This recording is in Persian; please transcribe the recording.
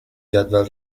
جدول